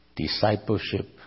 Discipleship